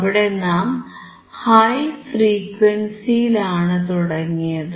അവിടെ നാം ഹൈ ഫ്രീക്വൻസിയിലാണ് തുടങ്ങിയത്